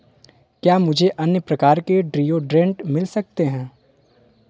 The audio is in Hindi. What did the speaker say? क्या मुझे अन्य प्रकार के ड्रियोड्रेंट मिल सकते हैं